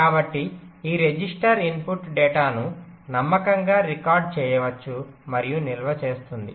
కాబట్టి ఈ register input డేటాను నమ్మకంగా రికార్డ్ చేయవచ్చు మరియు నిల్వ చేస్తుంది